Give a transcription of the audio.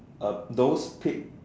uh those paid